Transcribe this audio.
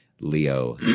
Leo